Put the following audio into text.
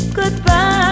goodbye